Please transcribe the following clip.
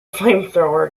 flamethrower